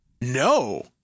No